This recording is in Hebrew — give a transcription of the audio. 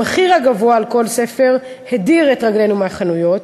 המחיר הגבוה על כל ספר הדיר את רגלינו מהחנויות.